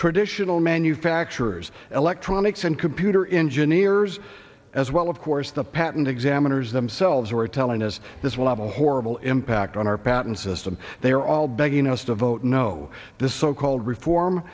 traditional manufacturers electronics and computer engine ears as well of course the patent examiners themselves were telling us this will have a horrible impact on our patent system they are all begging us to vote no this so called reform